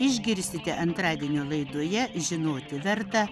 išgirsite antradienio laidoje žinoti verta